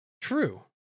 True